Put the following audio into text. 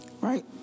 Right